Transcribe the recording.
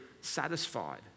satisfied